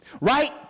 Right